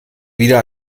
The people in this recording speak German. wieder